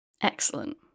Excellent